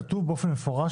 כתוב באופן מפורש,